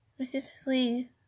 specifically